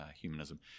humanism